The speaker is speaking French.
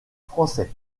français